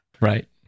right